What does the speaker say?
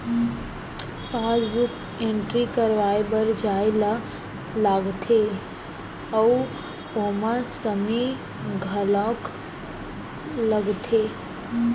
passbook entry करवाए बर जाए ल लागथे अउ ओमा समे घलौक लागथे